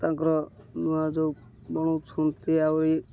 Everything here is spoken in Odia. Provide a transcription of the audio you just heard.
ତାଙ୍କର ନୂଆ ଯେଉଁ ବନଉଛନ୍ତି ଆହୁରି